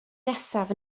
nesaf